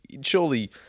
surely